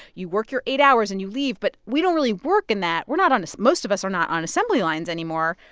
you work your eight hours, and you leave. but we don't really work in that. we're not on most of us are not on assembly lines anymore.